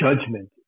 judgment